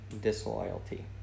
disloyalty